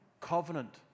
covenant